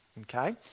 Okay